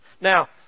Now